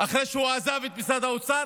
אחרי שהוא עזב את משרד האוצר,